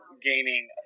gaining